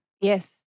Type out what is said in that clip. Yes